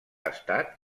estat